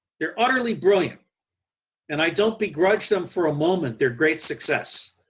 they are utterly brilliant and i don't begrudge them for a moment, their great success,